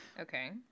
Okay